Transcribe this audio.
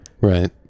Right